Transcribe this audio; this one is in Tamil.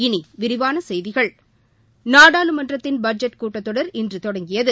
இனி விரிவான செய்திகள் நாடாளுமன்றத்தின் பட்ஜெட் கூட்டத் தொடர் இன்று தொடங்கியது